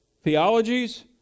theologies